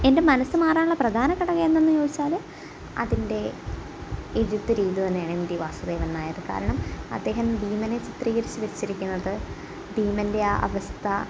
എൻ്റെ മനസ്സ് മാറാനുള്ള പ്രധാന ഘടകം എന്താണെന്ന് ചോദിച്ചാൽ അതിൻ്റെ എഴുത്തുരീതി തന്നെയാണ് എം ടി വാസുദേവൻ നായർ കാരണം അദ്ദേഹം ഭീമനെ ചിത്രീകരിച്ച് വെച്ചിരിക്കുന്നത് ഭീമൻ്റെ ആ അവസ്ഥ